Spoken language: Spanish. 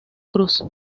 cruz